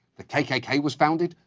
the kkk was founded,